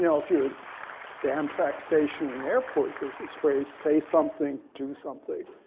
you know if you're at the amtrak station or in the airports, there's this phrase say something, do something.